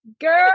girl